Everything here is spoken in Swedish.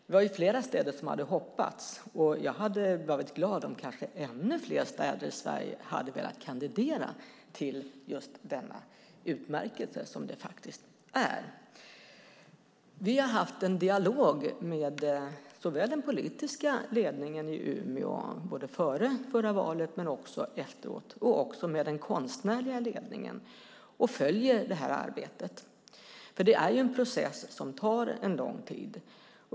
Det var flera städer som hade hoppats, och jag hade varit glad om kanske ännu fler städer i Sverige hade velat kandidera till den utmärkelse detta faktiskt är. Vi har haft en dialog såväl med den politiska ledningen i Umeå, både före förra valet och efteråt, som med den konstnärliga ledningen. Vi följer detta arbete. Det är nämligen en process som tar lång tid.